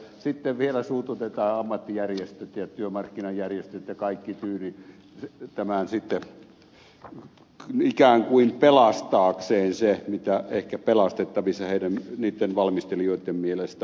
sitten vielä suututetaan ammattijärjestöt ja työmarkkinajärjestöt ja kaikki tyynni ja tämä sitten ikään kuin sen pelastamiseksi mikä ehkä pelastettavissa niitten valmistelijoitten mielestä on